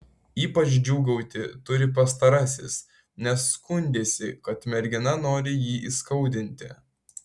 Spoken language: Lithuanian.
ypač džiūgauti turi pastarasis nes skundėsi kad mergina nori jį įskaudinti